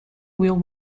will